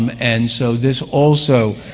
um and so, this also